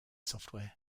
software